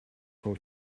for